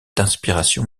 d’inspiration